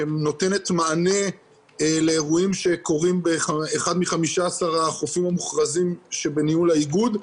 שנותנת מענה לאירועים שקורים באחד מ-15 החופים המוכרזים שבניהול האיגוד.